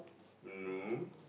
no